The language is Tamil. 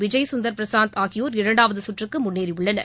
விஜய் சுந்தர் பிரசாந்த் ஆகியோர் இரண்டாவது சுற்றுக்கு முன்னேறியுள்ளனர்